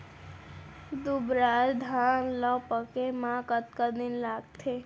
दुबराज धान ला पके मा कतका दिन लगथे?